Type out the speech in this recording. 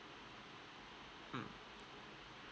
mm